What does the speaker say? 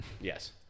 Yes